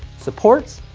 supports,